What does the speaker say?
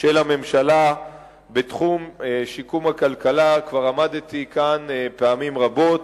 של הממשלה בתחום שיקום הכלכלה כבר עמדתי כאן פעמים רבות,